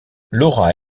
laura